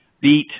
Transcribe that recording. beat